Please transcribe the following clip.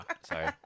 Sorry